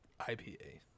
IPA